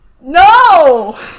No